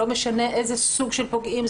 לא משנה איזה סוג של פוגעים,